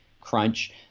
crunch